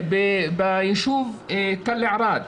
בישוב תל ערד,